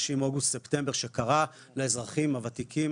בחודשים אוגוסט-ספטמבר שקרא לאזרחים הוותיקים